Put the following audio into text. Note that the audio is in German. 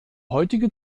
heutige